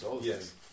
Yes